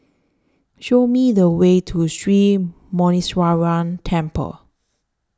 Show Me The Way to Sri Muneeswaran Temple